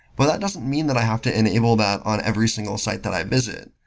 but that doesn't mean that i have to enable that on every single site that i visit.